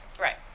Right